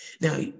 now